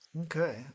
Okay